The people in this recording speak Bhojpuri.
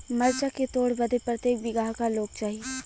मरचा के तोड़ बदे प्रत्येक बिगहा क लोग चाहिए?